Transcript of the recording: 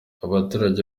abaturage